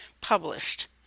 published